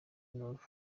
north